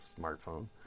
smartphone